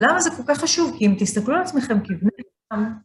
למה זה כל כך חשוב? כי אם תסתכלו על עצמכם,